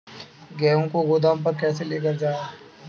गेहूँ को गोदाम पर कैसे लेकर जाएँ?